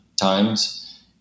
times